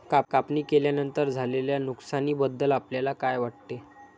कापणी केल्यानंतर झालेल्या नुकसानीबद्दल आपल्याला काय वाटते?